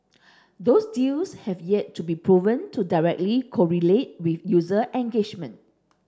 those deals have yet to be proven to directly correlate with user engagement